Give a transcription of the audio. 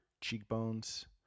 Cheekbones